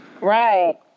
Right